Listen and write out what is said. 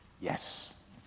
yes